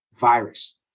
virus